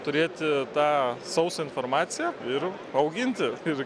turėti tą sausą informaciją ir auginti ir